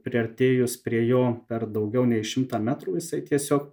priartėjus prie jo per daugiau nei šimtą metrų jisai tiesiog